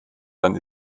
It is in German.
dann